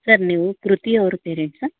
sir ನೀವು ಕೃತಿ ಅವ್ರ ಪೇರೆಂಟ್ಸಾ